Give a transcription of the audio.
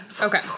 Okay